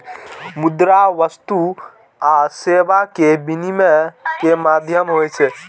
मुद्रा वस्तु आ सेवा के विनिमय के माध्यम होइ छै